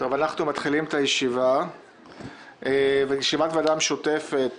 אנחנו מתחילים את הישיבה של הוועדה המשותפת